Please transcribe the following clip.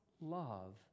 love